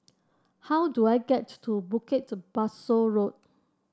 how do I get to Bukit Pasoh Road